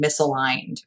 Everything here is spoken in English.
misaligned